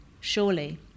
surely